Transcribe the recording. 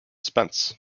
spence